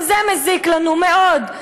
גם זה מזיק לנו מאוד.